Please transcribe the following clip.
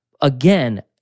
again